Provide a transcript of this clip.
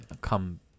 come